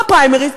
בפריימריז,